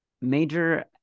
major